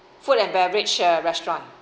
food and beverage uh restaurant